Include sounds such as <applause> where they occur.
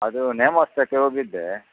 ಅದು <unintelligible> ಹೋಗಿದ್ದೆ